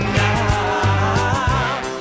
now